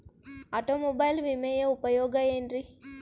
Automobile ವಿಮೆಯ ಉಪಯೋಗ ಏನ್ರೀ?